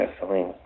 gasoline